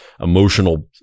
emotional